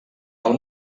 del